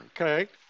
Okay